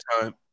time